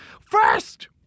First